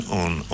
on